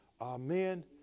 Amen